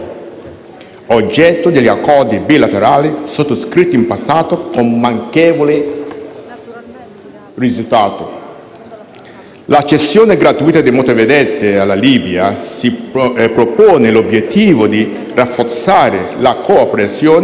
oggetto degli accordi bilaterali sottoscritti in passato con manchevole risultato. La cessione gratuita di motovedette alla Libia si propone l'obiettivo di rafforzare la cooperazione